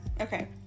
Okay